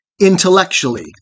intellectually